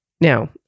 now